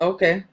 Okay